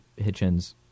Hitchens